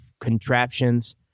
contraptions